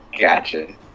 Gotcha